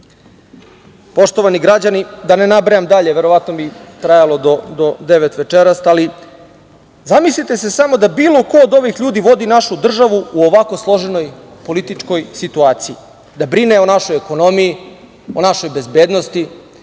građani, da ne nabrajam dalje, verovatno bi trajalo do devet večeras, zamislite se samo da bilo ko od ovih ljudi vodi našu državu u ovako složenoj političkoj situaciji, da brine o našoj ekonomiji, o našoj bezbednosti,